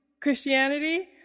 Christianity